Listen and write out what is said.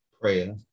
Prayer